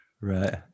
right